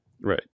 right